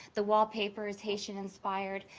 the wallpaper is haitian-inspired,